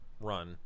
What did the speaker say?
run